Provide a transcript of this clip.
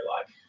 life